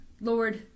Lord